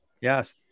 Yes